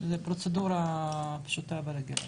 זו פרוצדורה פשוטה ורגילה.